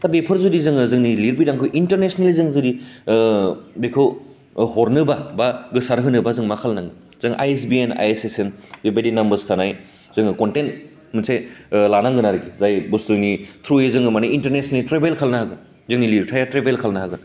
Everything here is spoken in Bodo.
दा बेफोर जुदि जोङो जोंनि लिरबिदांखौ इन्टारनेस्नेल जों जुदि बेखौ हरनोबा बा गोसार होनोबा जों मा खालायनांगोन जों आइएसबिएन आइएस एसजों बेबायदि नाम गोसारनाय जोहो कन्थेन्ट मोनसे लानांगोन आरखि जाय बुस्टुनि थ्रुयै जोङो मानि इन्टारनेस्नेल ट्रेबेल खालायनो हागोन जोंनि लिरथाया ट्रेबेल खालायनो हागोन